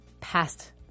past